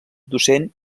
docent